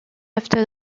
after